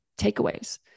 takeaways